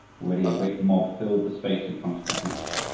already a great mob filled the space in front of the house.